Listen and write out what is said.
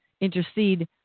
intercede